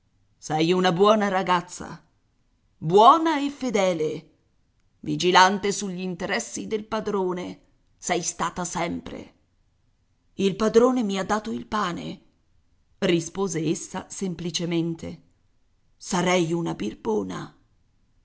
sei una buona ragazza buona e fedele vigilante sugli interessi del padrone sei stata sempre il padrone mi ha dato il pane rispose essa semplicemente sarei una